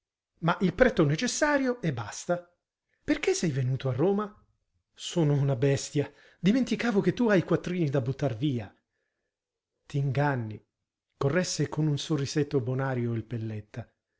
ma il pretto necessario e basta perché sei venuto a roma sono una bestia dimenticavo che tu hai quattrini da buttar via t'inganni corresse con un sorrisetto bonario il pelletta